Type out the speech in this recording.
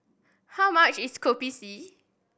how much is Kopi C